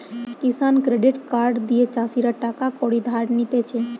কিষান credit card দিয়ে চাষীরা টাকা কড়ি ধার নিতেছে